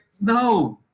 No